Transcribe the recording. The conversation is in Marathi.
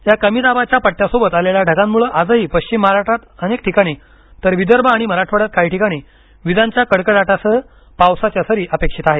या कमीदाबाच्या पट्ट्यासोबत आलेल्या ढगांमुळे आजही पश्चिम महाराष्ट्रात अनेक तर विदर्भ मराठवाड्यात काही ठिकाणी विजांच्या कडकडाटासह पावसाच्या सरी अपेक्षित आहेत